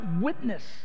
witness